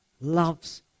loves